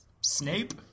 Snape